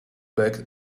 back